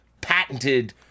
patented